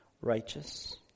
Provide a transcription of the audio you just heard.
righteous